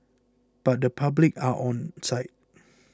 but the public are onside